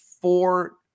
four